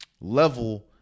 level